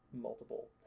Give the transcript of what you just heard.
multiple